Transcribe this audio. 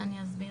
אני אסביר.